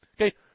Okay